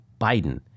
Biden